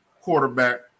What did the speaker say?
quarterback